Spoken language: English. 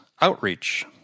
Outreach